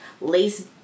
lace